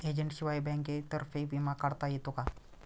एजंटशिवाय बँकेतर्फे विमा काढता येतो का?